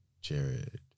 Jared